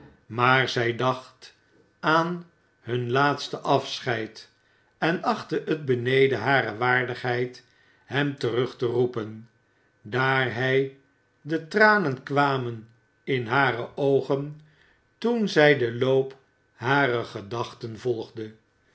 maar zij dacht aan hun laatste afscheid en achtte het beneden hare waardigheid hem terug te roepen daar hij de tranen kwamen in hare oogen toen zij den loop harer gedachten volgde